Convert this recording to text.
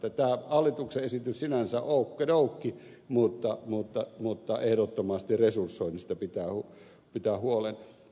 tämä hallituksen esitys on sinänsä oukkidoukki mutta ehdottomasti resursoinnista pitää pitää huoli